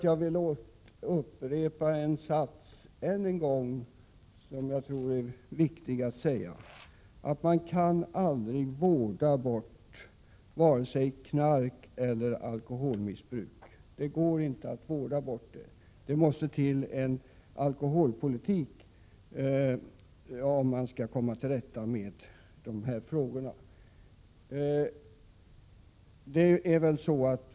Jag vill än en gång upprepa: Man kan aldrig vårda bort vare sig knarkeller alkoholmissbruk. Det går inte. Det måste till en alkoholpolitik om man skall komma till rätta med dessa frågor.